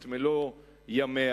את מלוא ימיה,